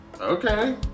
okay